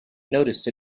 noticed